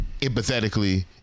empathetically